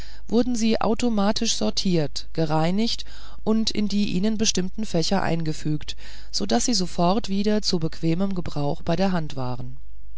wurden sie automatisch sortiert gereinigt und in die ihnen bestimmten fächer eingefügt so daß sie sofort wieder zu bequemem gebrauch bei der hand waren